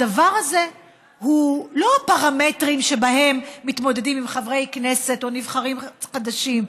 הדבר הזה הוא לא הפרמטרים שבהם מתמודדים עם חברי כנסת או נבחרים חדשים,